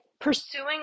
pursuing